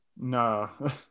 No